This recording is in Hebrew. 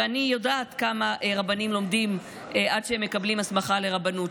ואני יודעת כמה רבנים לומדים עד שהם מקבלים הסמכה לרבנות,